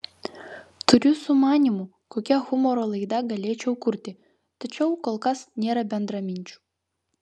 turiu sumanymų kokią humoro laidą galėčiau kurti tačiau kol kas nėra bendraminčių